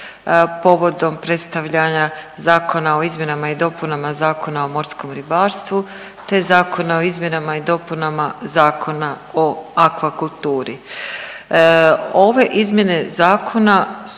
povodom predstavljanja Zakona o izmjenama i dopunama Zakona o morskom ribarstvu te Zakona o izmjenama i dopunama Zakona o akvakulturi. Ove izmjene zakona su